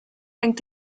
hängt